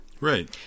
Right